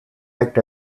act